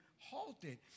halted